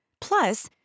Plus